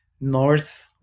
north